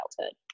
childhood